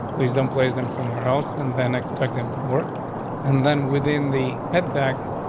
leased them, place them somewhere else, and then expect them to work and then within the head tags,